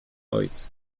ojca